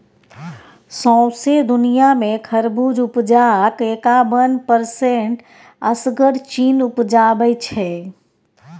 सौंसे दुनियाँ मे खरबुज उपजाक एकाबन परसेंट असगर चीन उपजाबै छै